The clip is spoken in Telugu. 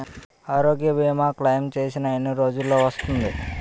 ఆరోగ్య భీమా క్లైమ్ చేసిన ఎన్ని రోజ్జులో వస్తుంది?